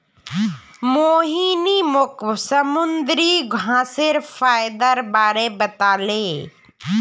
मोहिनी मोक समुंदरी घांसेर फयदार बारे बताले